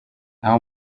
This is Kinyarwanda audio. naho